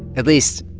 at least,